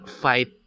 Fight